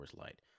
Light